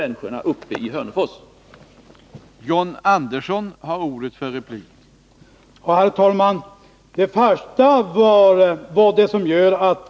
Att hävda något annat är falsk propaganda.